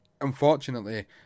unfortunately